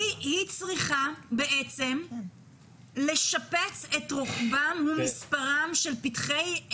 היא צריכה בעצם לשפץ את רוחבם ומספרם של פתחי,